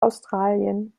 australien